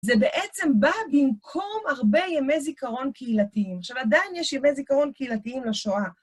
זה בעצם בא במקום הרבה ימי זיכרון קהילתיים. עכשיו עדיין יש ימי זיכרון קהילתיים לשואה.